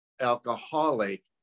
alcoholic